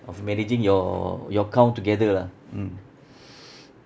of managing your your count together lah mm